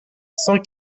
cent